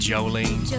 Jolene